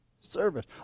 Service